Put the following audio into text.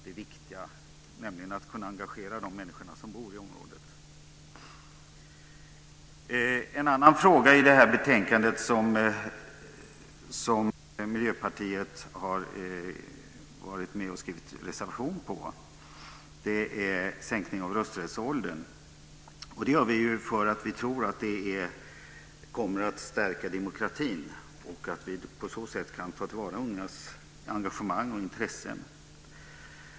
Det viktiga är att kunna engagera de människor som bor i området. En annan fråga i betänkandet som Miljöpartiet har varit med och skrivit en reservation om gäller sänkning av rösträttsåldern. Vi tror att en sänkning kommer att stärka demokratin och att man på så sätt kan ta till vara ungas engagemang och intressen.